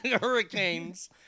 hurricanes